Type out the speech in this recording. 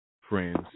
friends